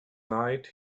night